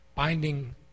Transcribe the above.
binding